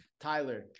Tyler